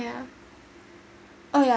yeah oh yeah